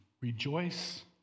rejoice